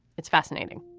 it's fascinating.